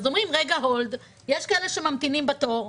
אז אומרים רגע הולד, יש כאלה שממתינים בתור.